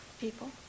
People